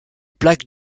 plaque